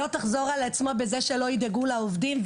לא תחזור על עצמה בכך שלא ידאגו לעובדים.